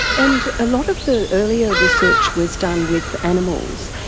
and a lot of the earlier research was done with animals.